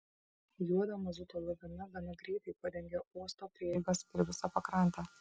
juodo mazuto lavina gana greitai padengė uosto prieigas ir visą pakrantę